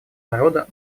народа